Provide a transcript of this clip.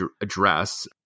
address